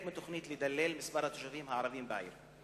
מתוכנית לדלל את מספר התושבים הערבים בעיר.